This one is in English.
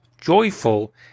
joyful